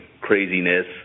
craziness